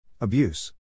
Abuse